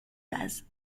bases